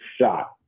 shot